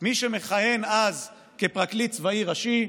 קיבל דרגות אלוף מי שמכהן כפרקליט צבאי ראשי,